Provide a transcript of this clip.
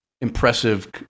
impressive